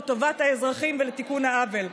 לטובת האזרחים ותיקון העוול.